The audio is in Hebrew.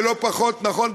ולא פחות נכון,